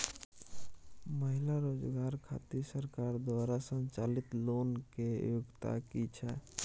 महिला रोजगार खातिर सरकार द्वारा संचालित लोन के योग्यता कि छै?